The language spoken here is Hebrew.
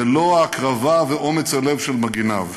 בלא ההקרבה ואומץ הלב של מגיניו,